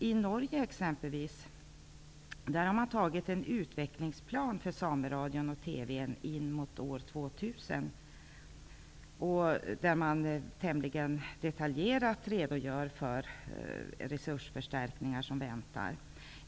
I Norge exempelvis har man antagit en utvecklingsplan för Sameradion och same-TV som sträcker sig mot år 2000. Där redogör man tämligen detaljerat för resursförstärkningar som väntar.